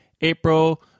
April